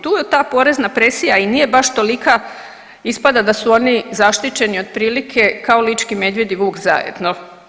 Tu je ta porezna presija i nije baš tolika, ispada da su oni zaštićeni otprilike kao lički medvjed i vuk zajedno.